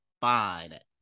Fine